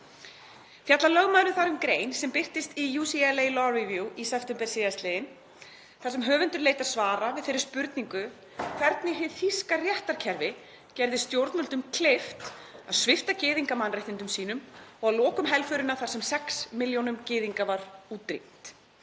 Fjallar lögmaðurinn þar um grein sem birtist í UCLA Law Review í september síðastliðnum, þar sem höfundur leitar svara við þeirri spurningu hvernig hið þýska réttarkerfi gerði stjórnvöldum kleift að svipta gyðinga mannréttindum sínum og setja að lokum helförina af stað þar sem 6 milljónum gyðinga var útrýmt.